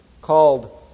called